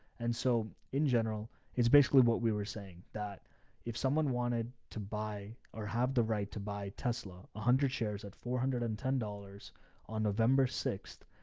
and so in general, it's basically what we were saying that if someone wanted to buy or have the right to buy tesla, a hundred shares at four hundred and ten dollars on november sixth,